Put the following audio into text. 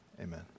Amen